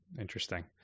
interesting